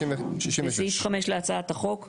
בסעיף (5) להצעת החוק.